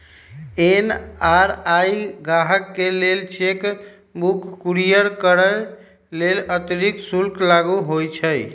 NRI गाहकके लेल cheque book courier करय लेल अतिरिक्त शुल्क लागू होइ छइ